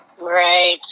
Right